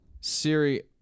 Siri